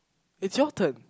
it's your turn